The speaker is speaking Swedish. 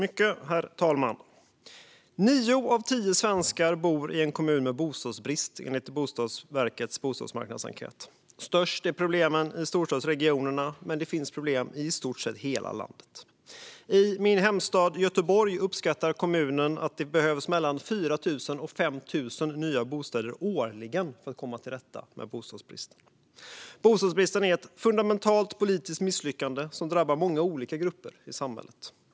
Herr talman! Nio av tio svenskar bor i en kommun med bostadsbrist, enligt Boverkets bostadsmarknadsenkät. Störst är problemen i storstadsregionerna, men det finns i stort sett problem i hela landet. I min hemstad Göteborg uppskattar kommunen att det behövs 4 000-5 000 nya bostäder årligen för att komma till rätta med bostadsbristen. Bostadsbristen är ett fundamentalt politiskt misslyckande som drabbar många olika grupper i samhället.